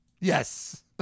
yes